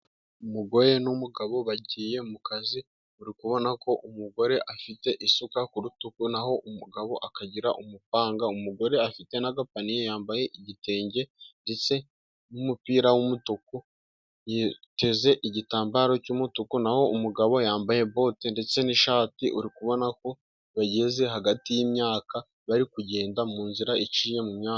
Umugore n'umugabo bagiye mu kazi bari kubona ko umugore afite isuka ku rutugu naho umugabo akagira umupanga. Umugore afite n'agapaniye, yambaye igitenge ndetse n'umupira w'umutuku, yiteze igitambaro cy'umutuku naho umugabo yambaye bote ndetse n'ishati uri kubona ko bageze hagati y'imyaka bari kugenda munzira iciye mu muhanda.